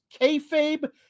kayfabe